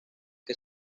que